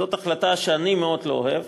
זאת החלטה שאני מאוד לא אוהב.